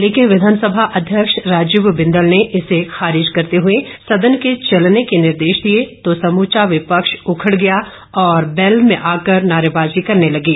लेकिन विधानसभा अध्यक्ष राजीव बिंदल ने इसे खारिज करते हुए सदन के चलने के निर्देष दिए तो समूचा विपक्ष उखड़ गया और बैल में आकर नारेबाजी करने लगे